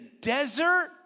desert